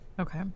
Okay